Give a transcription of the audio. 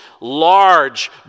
large